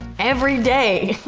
every day,